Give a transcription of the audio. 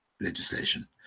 legislation